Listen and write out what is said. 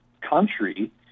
country